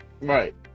right